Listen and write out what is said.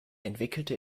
entwickelte